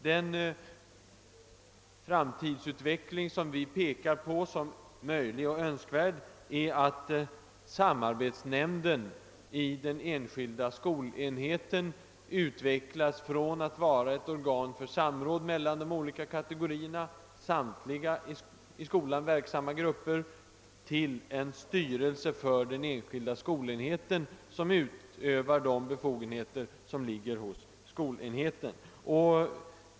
Den framtidsutveckling som vi pekar på såsom möjlig och önskvärd är att samarbetsnämnden i den enskilda skolenheten utvecklas från att vara ett organ för samråd mellan samtliga i skolan verksamma grupper till en styrelse för den enskilda skolenheten, som utövar de befogenheter som skolenheten har.